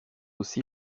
aussi